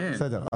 בסדר.